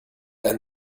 ein